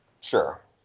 Sure